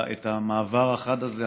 המעבר החד הזה,